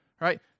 right